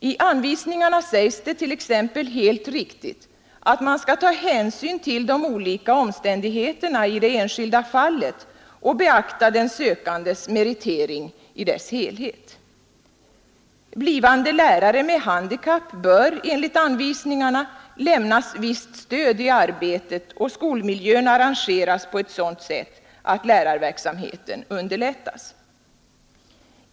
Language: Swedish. I anvisningarna sägs t.ex. helt riktigt att man skall ta hänsyn till de olika omständigheterna i det enskilda fallet och beakta den sökandes meritering i dess helhet. Blivande lärare med handikapp bör enligt anvisningar lämnas visst stöd i arbetet, och skolmiljön bör arrangeras på ett sådant sätt att lärarverksamheten underlättas.